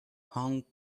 hong